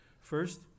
First